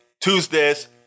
tuesdays